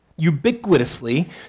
ubiquitously